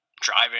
driving